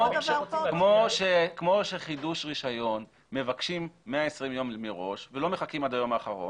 כמו שבחידוש רישיון מבקשים 120 ימים מראש ולא מחכים עד היום האחרון,